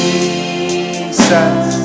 Jesus